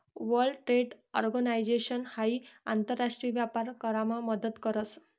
world Trade Organisation हाई आंतर राष्ट्रीय व्यापार करामा मदत करस